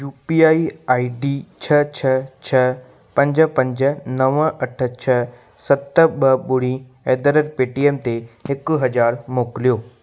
U P I I D छह छह छह पंज पंज नव अठ छह सत ॿ ॿुड़ी एट द रेट पेटीएम ते हिकु हज़ारु मोकिलियो